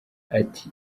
ati